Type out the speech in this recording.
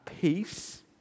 peace